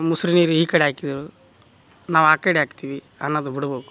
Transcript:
ಮುಸ್ರೆ ನೀರು ಈ ಕಡೆ ಹಾಕಿದರು ನಾವು ಆ ಕಡೆ ಹಾಕ್ತಿವಿ ಅನ್ನೋದು ಬಿಡಬೋಕು